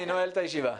אני נועל את הישיבה.